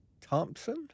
Thompson